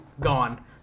gone